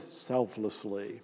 selflessly